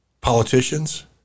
politicians